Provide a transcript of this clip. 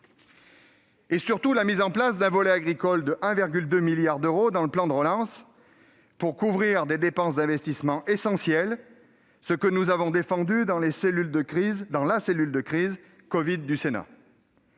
et, surtout, la mise en place d'un volet agricole de 1,2 milliard d'euros dans le plan de relance, pour couvrir des dépenses d'investissement essentielles, que nous avons défendu au sein de la cellule de crise covid du Sénat.